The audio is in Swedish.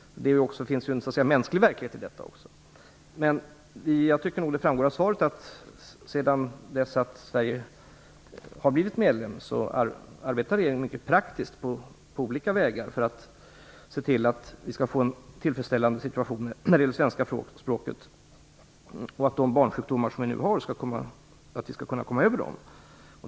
Det finns ju en mänsklig verklighet i detta också. Jag tycker nog att det framgår av svaret att sedan Sverige blivit medlem arbetar regeringen mycket praktiskt på olika vägar för att se till att vi får en tillfredsställande situation när det gäller det svenska språket och att vi skall kunna komma över de barnsjukdomar som vi har nu.